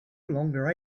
longer